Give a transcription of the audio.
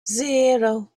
zero